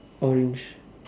orange